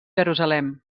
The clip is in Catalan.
jerusalem